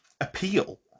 appeal